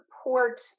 support